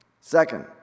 Second